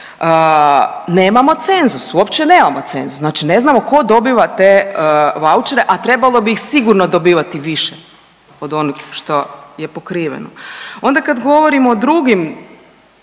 nemamo cenzus, uopće nemamo cenzus, znači ne znamo ko dobiva te vaučere, a trebalo bi ih sigurno dobivati više od onog što je pokriveno. Onda kad govorimo o drugim